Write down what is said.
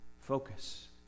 focus